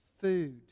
food